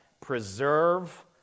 preserve